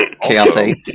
Chaos